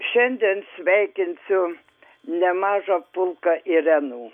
šiandien sveikinsiu nemažą pulką irenų